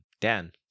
Dan